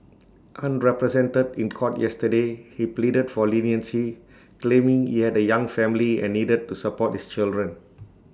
unrepresented in court yesterday he pleaded for leniency claiming he had A young family and needed to support his children